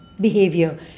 behavior